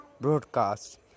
broadcast